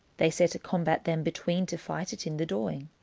they set a combat them between, to fight it in the dawing.